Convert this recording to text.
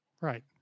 Right